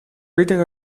reading